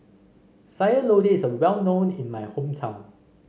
Sayur Lodeh is well known in my hometown